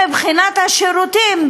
מבחינת השירותים,